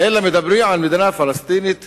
אלא מדברים על מדינה פלסטינית